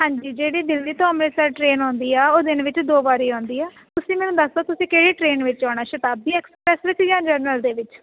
ਹਾਂਜੀ ਜਿਹੜੀ ਦਿੱਲੀ ਤੋਂ ਅੰਮ੍ਰਿਤਸਰ ਟ੍ਰੇਨ ਆਉਂਦੀ ਆ ਉਹ ਦਿਨ ਵਿੱਚ ਦੋ ਵਾਰੀ ਆਉਂਦੀ ਆ ਤੁਸੀਂ ਮੈਨੂੰ ਦੱਸੋ ਤੁਸੀਂ ਕਿਹੜੀ ਟ੍ਰੇਨ ਵਿੱਚ ਆਉਣਾ ਸ਼ਤਾਬਦੀ ਐਕਸਪਰੈਸ ਵਿੱਚ ਜਾਂ ਜਰਨਲ ਦੇ ਵਿੱਚ